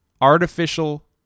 Artificial